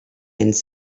ends